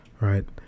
right